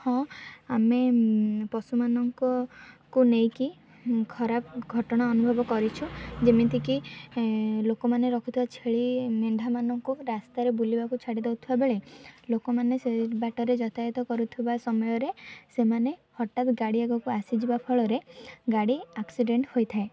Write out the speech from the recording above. ହଁ ଆମେ ପଶୁମାନଙ୍କ ନେଇକି ଖରାପ ଘଟଣା ଅନୁଭବ କରିଛୁ ଯେମିତିକି ଲୋକମାନେ ରଖୁଥିବା ଛେଳି ମେଣ୍ଢାମାନଙ୍କୁ ରାସ୍ତାରେ ବୁଲିବାକୁ ଛାଡ଼ି ଦେଉଥିବା ବେଳେ ଲୋକମାନେ ସେ ବାଟରେ ଯାତାୟାତ କରୁଥିବା ସମୟରେ ସେମାନେ ହଠାତ୍ ଗାଡ଼ି ଆଗକୁ ଆସିଯିବା ଫଳରେ ଗାଡ଼ି ଆକ୍ସିଡ଼େଣ୍ଟ ହୋଇଥାଏ